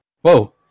Whoa